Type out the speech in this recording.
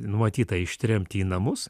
numatytą ištremti į namus